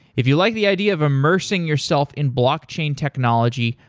if you like the idea of immersing yourself in blockchain technology,